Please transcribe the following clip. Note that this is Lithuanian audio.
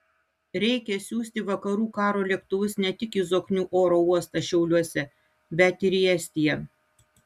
reikia siųsti vakarų karo lėktuvus ne tik į zoknių oro uostą šiauliuose bet ir į estiją